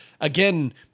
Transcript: again